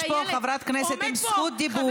יש פה חברת כנסת עם זכות דיבור.